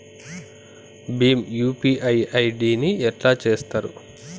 Bhim UPI ID ని ఎట్లా చేత్తరు?